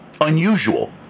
unusual